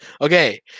Okay